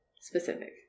specific